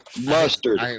Mustard